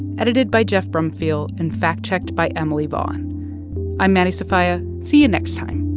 edited by geoff brumfiel and fact-checked by emily vaughn i'm maddie sofia. see you next time